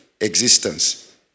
existence